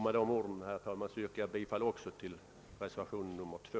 Med dessa ord, herr talman, ber jag få yrka bifall även till reservationen 2.